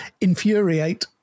infuriate